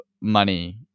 money